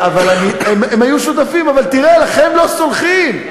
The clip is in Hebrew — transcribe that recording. הם היו שותפים, אבל תראה, לכם לא סולחים.